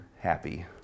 happy